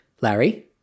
Larry